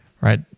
right